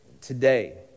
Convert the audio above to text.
today